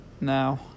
Now